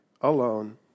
alone